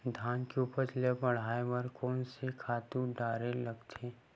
धान के उपज ल बढ़ाये बर कोन से खातु डारेल लगथे?